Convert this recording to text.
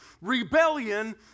rebellion